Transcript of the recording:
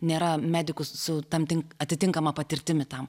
nėra medikų su tam tik atitinkama patirtimi tam